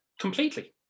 Completely